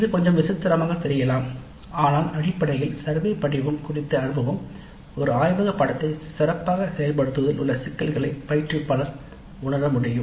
இது கொஞ்சம் விசித்திரமாகத் தெரியலாம் ஆனால் அடிப்படையில் சர்வே படிவம் குறித்த அனுபவம் ஒரு ஆய்வக பாடநெறியை சிறப்பாக செயல்படுத்துவதில் உள்ள சிக்கல்களை பயிற்றுவிப்பாளர் உணர உதவும்